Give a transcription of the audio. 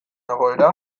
egoera